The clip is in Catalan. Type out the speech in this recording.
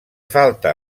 falta